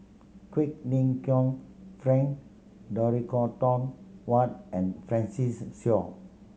Quek Ling Kiong Frank Dorrington Ward and Francis Seow